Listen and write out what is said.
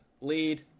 lead